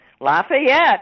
Lafayette